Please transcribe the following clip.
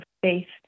faith